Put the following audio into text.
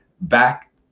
back